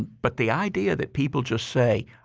but the idea that people just say,